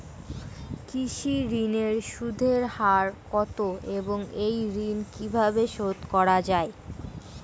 কৃষি ঋণের সুদের হার কত এবং এই ঋণ কীভাবে শোধ করা য়ায়?